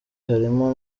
harimo